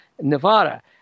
Nevada